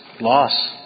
loss